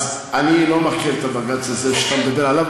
אז אני לא מכיר את הבג"ץ הזה שאתה מדבר עליו.